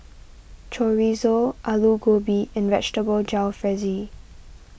Chorizo Alu Gobi and Vegetable Jalfrezi